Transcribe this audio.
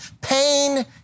Pain